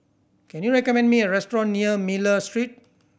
can you recommend me a restaurant near Miller Street